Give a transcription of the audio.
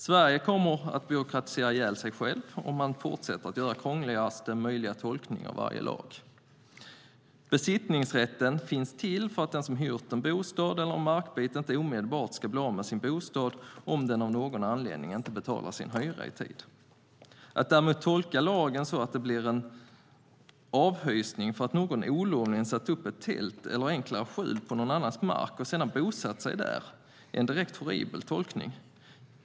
Sverige kommer att byråkratisera ihjäl sig om man fortsätter att göra krångligast möjliga tolkning av varje lag. Besittningsrätten finns till för att de som hyr en bostad eller en markbit inte omedelbart ska bli av med den om de av någon anledning inte har betalat sin hyra i tid. Att däremot tolka lagen så att det blir en avhysning för att någon olovligen satt upp ett tält eller enklare skjul på någon annans mark och sedan bosatt sig där är en direkt horribel tolkning.